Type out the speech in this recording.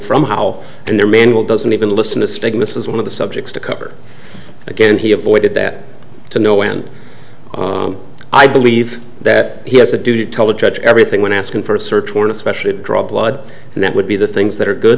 from how their manual doesn't even listen to stigmas is one of the subjects to cover again he avoided that to no end i believe that he has a duty to tell the judge everything when asking for a search warrant especially to draw blood and that would be the things that are good